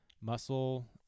muscle